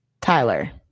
Tyler